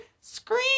scream